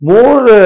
More